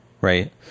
Right